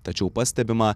tačiau pastebima